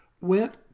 went